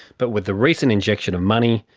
but with the recent injection of money,